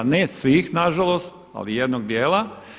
Ne svih na žalost, ali jednog dijela.